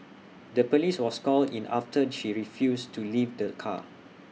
the Police was called in after she refused to leave the car